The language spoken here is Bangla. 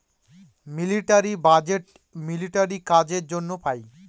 মিলিটারি বাজেট মিলিটারি কাজের জন্য পাই